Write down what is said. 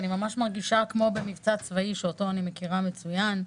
אני ממש מרגישה כמו במבצע צבאי שאותו אני מכירה מצוין.